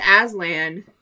Aslan